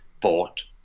bought